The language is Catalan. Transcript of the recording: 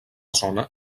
zona